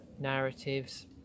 narratives